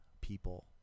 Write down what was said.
people